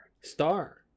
Star